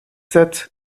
set